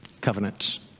Covenants